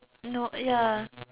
no ya